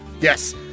Yes